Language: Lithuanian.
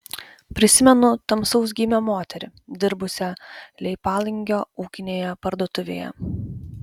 prisimenu tamsaus gymio moterį dirbusią leipalingio ūkinėje parduotuvėje